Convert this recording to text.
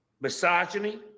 misogyny